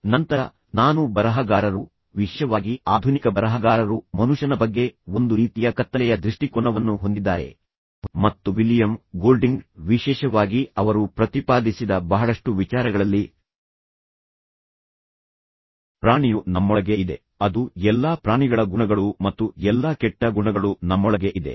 ಮತ್ತು ನಂತರ ನಾನು ಬರಹಗಾರರು ವಿಶೇಷವಾಗಿ ಆಧುನಿಕ ಬರಹಗಾರರು ಮನುಷ್ಯನ ಬಗ್ಗೆ ಒಂದು ರೀತಿಯ ಕತ್ತಲೆಯ ದೃಷ್ಟಿಕೋನವನ್ನು ಹೊಂದಿದ್ದಾರೆ ಮತ್ತು ವಿಲಿಯಂ ಗೋಲ್ಡಿಂಗ್ ವಿಶೇಷವಾಗಿ ಅವರು ಪ್ರತಿಪಾದಿಸಿದ ಬಹಳಷ್ಟು ವಿಚಾರಗಳಲ್ಲಿ ಪ್ರಾಣಿಯು ನಮ್ಮೊಳಗೆ ಇದೆ ಅದು ಎಲ್ಲಾ ಪ್ರಾಣಿಗಳ ಗುಣಗಳು ಮತ್ತು ಎಲ್ಲಾ ಕೆಟ್ಟ ಗುಣಗಳು ನಮ್ಮೊಳಗೆ ಇದೆ